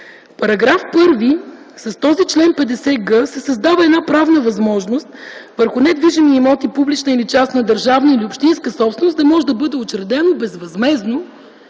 В § 1 с чл. 50г се създава една правна възможност върху недвижими имоти публична или държавна или общинска собственост да може да бъде учредено безвъзмездно